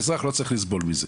האזרח לא צריך לסבול מזה.